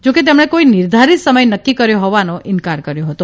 જો કે તેમણે કોઇ નિર્ધારિત સમય નક્કી કર્યો હોવાનો ઇન્કાર કર્યો હતો